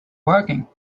working